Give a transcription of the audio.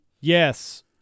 Yes